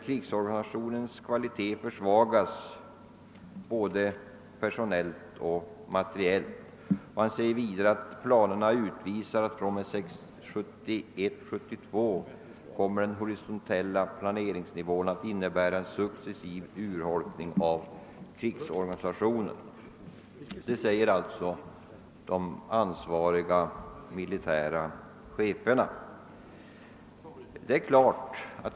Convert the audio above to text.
Krigsorganisationens kvalitet försvagas därför enligt överbefälhavaren både personellt och materiellt. ——— Planerna utvisar enligt överbefälhavaren att den fr.o.m. 1971/72 horisontella planeringsnivån kommer att innebära en successiv urholkning av krigsorganisationen.» De uttalanden jag återgivit har alltså gjorts av de ansvariga militära cheferna.